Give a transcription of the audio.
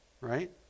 right